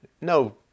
no